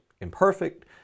imperfect